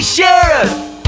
Sheriff